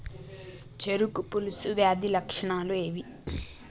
చెరుకు పొలుసు వ్యాధి లక్షణాలు ఏవి?